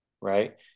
right